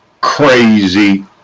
crazy